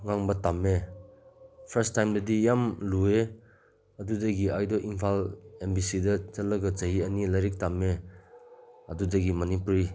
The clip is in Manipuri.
ꯉꯥꯡꯕ ꯇꯝꯃꯦ ꯐꯥꯔꯁ ꯇꯥꯏꯝꯗꯗꯤ ꯌꯥꯝ ꯂꯨꯏꯌꯦ ꯑꯗꯨꯗꯒꯤ ꯑꯩꯗꯣ ꯏꯝꯐꯥꯜ ꯑꯝ ꯕꯤ ꯁꯤꯗ ꯆꯠꯂꯒ ꯆꯍꯤ ꯑꯅꯤ ꯂꯥꯏꯔꯤꯛ ꯇꯝꯃꯦ ꯑꯗꯨꯗꯒꯤ ꯃꯅꯤꯄꯨꯔꯤ